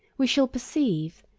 we shall perceive,